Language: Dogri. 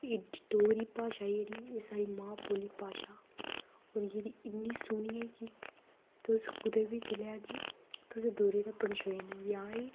डोगरी भाशा जेह्ड़ी एह् साढ़ी मां बोली भाशा एह् इन्नी सोह्नी ऐ की तुस कुदै बी चली जाह्गे तुसें दूरै दा गै पंछोई जाना